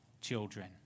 children